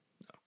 No